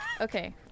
Okay